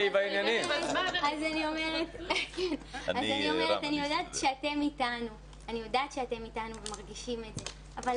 אני יודעת שאתם איתנו ומרגישים את זה, אבל